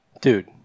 Dude